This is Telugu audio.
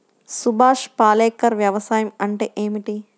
సుభాష్ పాలేకర్ వ్యవసాయం అంటే ఏమిటీ?